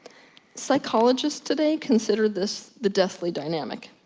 psychologist today, consider this the deathly dynamic.